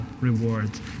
rewards